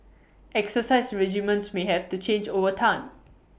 exercise regimens may have to change over time